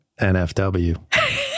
NFW